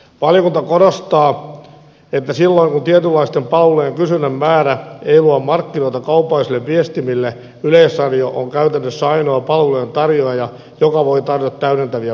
valiokunta korostaa että silloin kun tietynlaisten palvelujen kysynnän määrä ei luo markkinoita kaupallisille viestimille yleisradio on käytännössä ainoa palvelujen tarjoaja joka voi tarjota täydentäviä palveluita